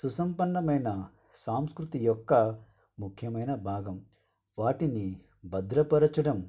సుసంపన్నమైన సాంస్కృతి యొక్క ముఖ్యమైన భాగం వాటిని భద్రపరచడం